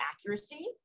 accuracy